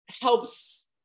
Helps